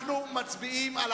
אנחנו מצביעים על